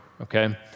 okay